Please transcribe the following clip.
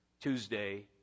Tuesday